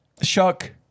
Shuck